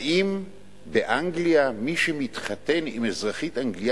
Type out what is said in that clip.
האם באנגליה מי שמתחתן עם אזרחית אנגליה